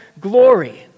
glory